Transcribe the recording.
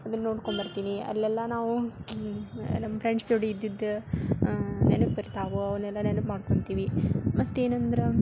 ಅದನ್ನ ನೋಡ್ಕೊಂಡು ಬರ್ತೀನಿ ಅಲ್ಲೆಲ್ಲ ನಾವು ನಮ್ಮ ಫ್ರೆಂಡ್ಸ್ ಜೋಡಿ ಇದ್ದಿದ್ದು ನೆನಪಿರ್ತಾವು ಅವನ್ನೆಲ್ಲ ನೆನಪು ಮಾಡ್ಕೊಳ್ತೀವಿ ಮತ್ತು ಏನಂದ್ರೆ